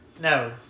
No